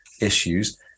issues